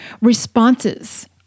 responses